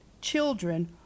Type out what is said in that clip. children